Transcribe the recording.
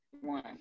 one